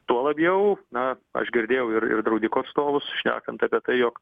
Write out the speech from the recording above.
tuo labiau na aš girdėjau ir ir draudiko atstovus šnekant apie tai jog